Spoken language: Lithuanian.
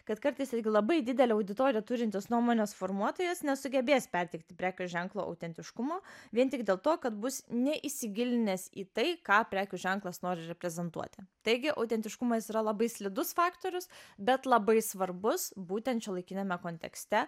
kad kartais irgi labai didelę auditoriją turintis nuomonės formuotojas nesugebės perteikti prekių ženklo autentiškumo vien tik dėl to kad bus neįsigilinęs į tai ką prekių ženklas nori reprezentuoti taigi autentiškumas yra labai slidus faktorius bet labai svarbus būtent šiuolaikiniame kontekste